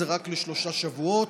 רק לשלושה שבועות,